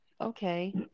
Okay